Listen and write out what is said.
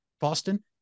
Boston